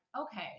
okay